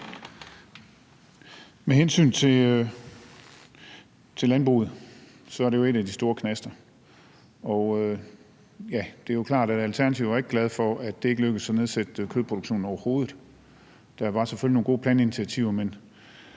Med hensyn til landbruget er det jo en af de store knaster, og det er klart, at Alternativet ikke var glad for, at det ikke lykkedes at nedsætte kødproduktionen overhovedet. Der var selvfølgelig nogle gode planteinitiativer, men